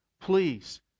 please